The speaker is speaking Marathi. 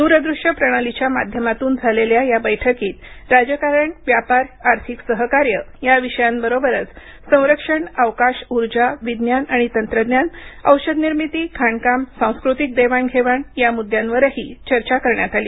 दूर दृश्य प्रणालीच्या माध्यामतून झालेल्या या बैठकीत राजकारण व्यापार आर्थिक सहकार्य या विषयांबरोबरच संरक्षण अवकाश उर्जा विज्ञान आणि तंत्रज्ञान औषध निर्मिती खाणकाम सांस्कृतिक देवाणघेवाण या मुद्द्यांवरही चर्चा करण्यात आली